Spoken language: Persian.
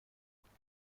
امیلی